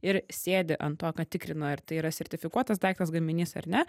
ir sėdi ant to kad tikrina ir tai yra sertifikuotas daiktas gaminys ar ne